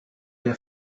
der